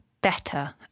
better